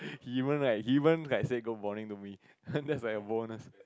he even like he even like say good morning to me that's like a bonus